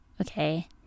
okay